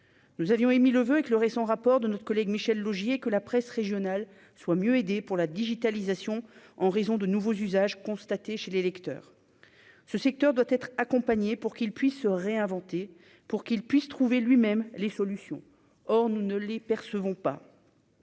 nous avions émis le voeu avec le récent rapport de notre collègue Michel Laugier, que la presse régionale soit mieux aider pour la digitalisation en raison de nouveaux usages constatés chez les Lecteurs ce secteur doit être accompagnée pour qu'ils puissent se réinventer pour qu'ils puissent trouver lui-même les solutions, or nous ne les percevons pas.